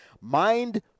Mind